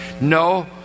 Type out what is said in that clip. no